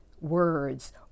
words